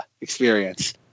experience